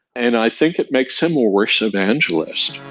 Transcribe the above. and i think it makes him a worse evangelist.